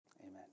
Amen